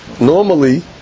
Normally